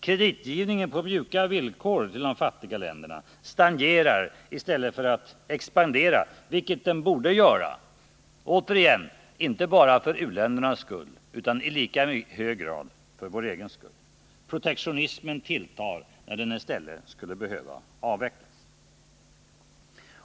Kreditgivningen på mjuka villkor till de fattiga länderna stagnerar i stället för att expandera, vilket den borde göra — återigen: inte bara för u-ländernas skull utan i lika hög grad för vår egen skull. Protektionismen tilltar när den i stället skulle behöva avvecklas.